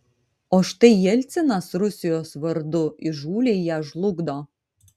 o štai jelcinas rusijos vardu įžūliai ją žlugdo